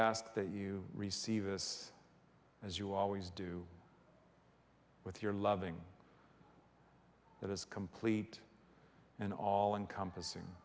ask that you receive this as you always do with your loving that is complete and all encompassing